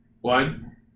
one